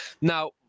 Now